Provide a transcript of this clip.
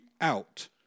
out